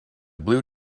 blue